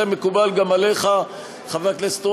זה מקובל גם עליך, חבר הכנסת סמוטריץ?